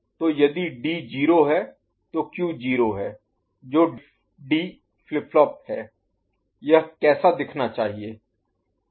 तो यदि D 0 है तो Q 0 है जो D फ्लिप फ्लॉप है यह कैसा दिखना चाहिए